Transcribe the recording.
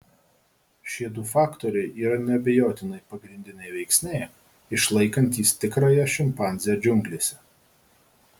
šie du faktoriai yra neabejotinai pagrindiniai veiksniai išlaikantys tikrąją šimpanzę džiunglėse